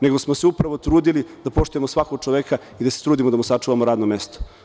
Nego smo se upravo trudili da poštujemo svakog čoveka i da se trudimo da mu sačuvamo radno mesto.